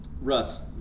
Russ